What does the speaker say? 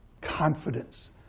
confidence